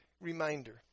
reminder